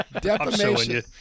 defamation